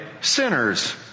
sinners